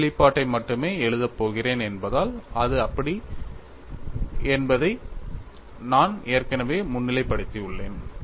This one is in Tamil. இறுதி வெளிப்பாட்டை மட்டுமே எழுதப் போகிறேன் என்பதால் அது எப்படி என்பதை நான் ஏற்கனவே முன்னிலைப் படுத்தியுள்ளேன்